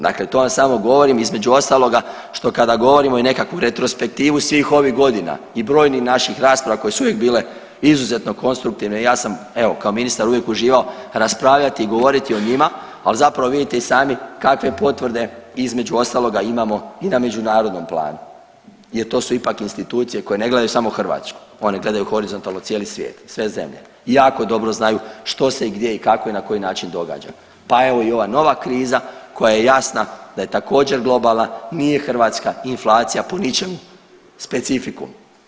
Dakle, to vam samo govorim između ostaloga što kada govorimo i nekakvu retrospektivu svih ovih godina i brojnih naših rasprava koje su uvijek bile izuzetno konstruktivne i ja sam evo kao ministar uvijek uživao raspravljati i govoriti o njima ali zapravo vidite i sami kakve potvrde između ostaloga imamo i na međunarodnom planu jer to su ipak institucije koje ne gledaju samo Hrvatsku, one gledaju horizontalno cijeli svijet, sve zemlje i jako dobro znaju što se i gdje i kako i na koji način događa pa evo i ova nova kriza koja je jasna da je također globalna, nije hrvatska inflacija po ničemu specifikum.